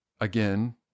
again